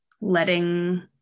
letting